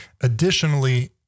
Additionally